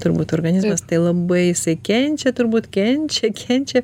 turbūt organizmas tai labai jisai kenčia turbūt kenčia kenčia